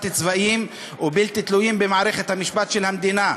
צבאיים ובלתי תלויים במערכת המשפט של המדינה.